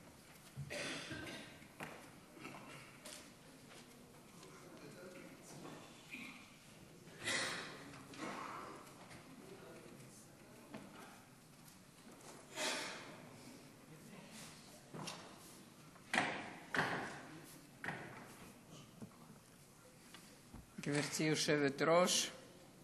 גברתי היושבת-ראש,